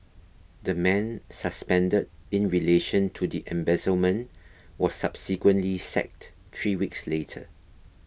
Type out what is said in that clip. the man suspended in relation to the embezzlement was subsequently sacked three weeks later